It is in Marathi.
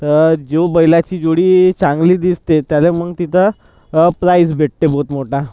जो बैलाची जोडी चांगली दिसते त्याला मग तिथं प्राईझ भेटते भोत मोठा